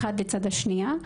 אחד לצד השנייה,